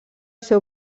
seu